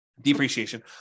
depreciation